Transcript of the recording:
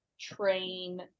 train